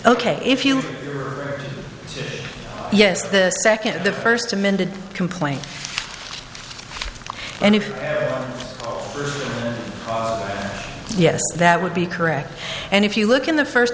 ok if you yes the second the first amended complaint and if yes that would be correct and if you look in the first